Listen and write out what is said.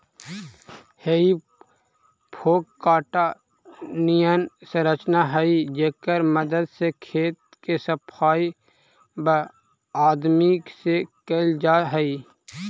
हेइ fork काँटा निअन संरचना हई जेकर मदद से खेत के सफाई वआदमी से कैल जा हई